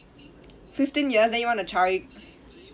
fifteen years then you wanna try